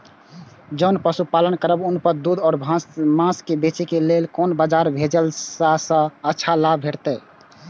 जोन पशु पालन करब उनकर दूध व माँस के बेचे के लेल कोन बाजार भेजला सँ अच्छा लाभ भेटैत?